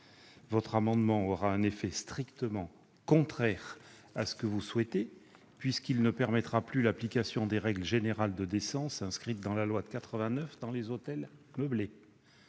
l'amendement aura un effet strictement contraire à ce que vous souhaitez, puisque ne sera plus permise l'application des règles générales de décence inscrites dans la loi de 1989 aux hôtels meublés.